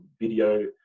video